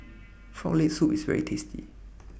Frog Leg Soup IS very tasty